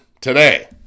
today